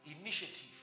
Initiative